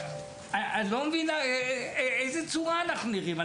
אני לא מבין באיזו צורה אנחנו נראים.